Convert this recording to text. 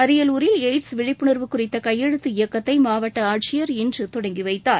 அரியலூரில் எய்ட்ஸ் விழிப்புணா்வு குறித்த கையெழுத்து இயக்கத்தை மாவட்ட ஆட்சியா் இன்று தொடங்கி வைத்தார்